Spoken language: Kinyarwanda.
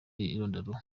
irondaruhu